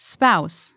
Spouse